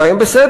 ואולי הן בסדר,